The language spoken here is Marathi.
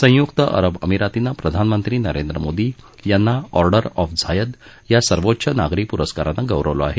संयुक्त अरब अमिरातीनं प्रधानमंत्री नरेंद्र मोदी यांना ऑर्डर ऑफ झायद या सर्वोच्च नागरी पुरस्कारानं गौरवलं आहे